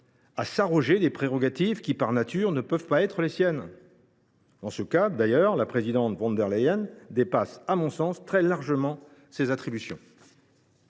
à s’arroger des prérogatives qui, par nature, ne peuvent pas être les siennes. De la sorte, la présidente von der Leyen dépasse à mon sens très largement ses attributions.